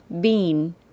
bean